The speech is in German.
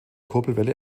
kurbelwelle